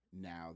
now